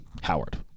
Howard